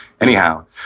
anyhow